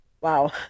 Wow